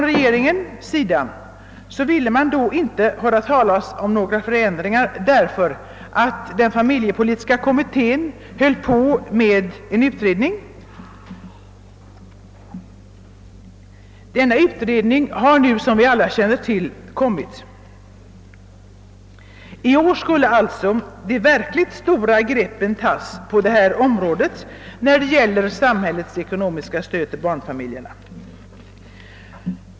Regeringen ville inte höra talas om några förändringar då utan ville avvakta familjepolitiska kommitténs förslag. Kommittén har nu, som vi alla känner till, framlagt sitt betänkande. I "år skulle alltså de verkligt stora greppen tas i fråga om samhällets ekonomiska stöd till barnfamiljerna.